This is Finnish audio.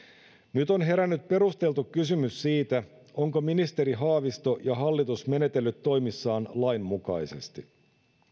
nyt on herännyt perusteltu kysymys siitä onko ministeri haavisto ja hallitus menetellyt toimissaan lainmukaisesti